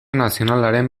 nazionalaren